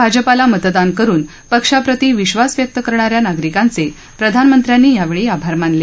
भाजपाला मतदान करून पक्षाप्रती विश्वास व्यक्त करणाऱ्या नागरिकांचे प्रधानमंत्र्यांनी यावेळी आभार मानले